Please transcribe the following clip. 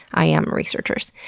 i am researchers.